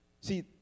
See